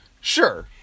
sure